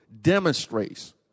demonstrates